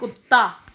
ਕੁੱਤਾ